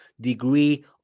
degree